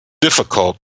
difficult